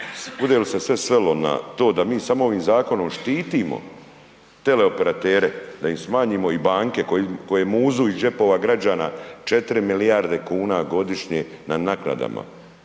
bude li se sve svelo na to da mi samo ovim zakonom štitimo teleoperatere da im smanjimo i banke koje muzu iz džepova građana 4 milijarde kuna godišnje na naknadama,